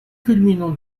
culminant